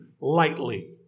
lightly